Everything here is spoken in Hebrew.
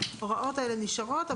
שההוראות האלה נשארות,